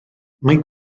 mae